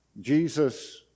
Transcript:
Jesus